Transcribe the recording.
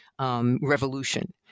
revolution